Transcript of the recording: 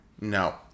No